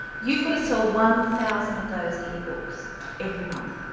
you've got to sell one thousand of those ebooks every month.